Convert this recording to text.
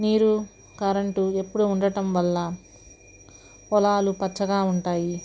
నీరు కరెంటు ఎప్పుడు ఉండటం వల్ల పొలాలు పచ్చగా ఉంటాయి